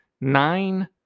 nine